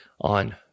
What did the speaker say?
on